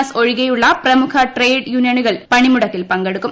S ഒഴികെയുള്ള പ്രമുഖ trade യൂണിയ നുകൾ പണിമുടക്കിൽ പങ്കെടുക്കും